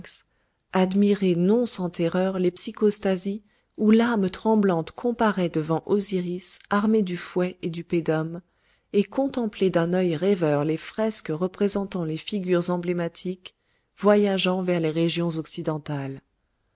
admiré non sans terreur les psychostasis où l'âme tremblante comparaît devant osiris armé du fouet et du pedum et contemplé d'un œil rêveur les fresques représentant les figures emblématiques voyageant vers les régions occidentales